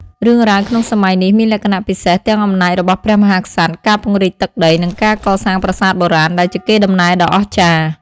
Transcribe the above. រឿងរ៉ាវក្នុងសម័យនេះមានលក្ខណៈពិសេស ទាំងអំណាចរបស់ព្រះមហាក្សត្រ ការពង្រីកទឹកដី និងការកសាងប្រាសាទបុរាណ ដែលជាកេរដំណែលដ៏អស្ចារ្យ។